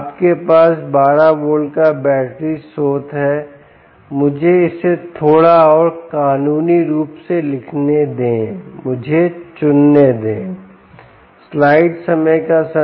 आपके पास 12 वोल्ट का बैटरी स्रोत है मुझे इसे थोड़ा और कानूनी रूप से लिखने दें मुझे चुनने दे